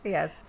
Yes